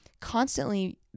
constantly